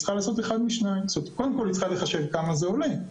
היא קודם כל צריכה לחשוב כמה זה עולה.